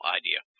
idea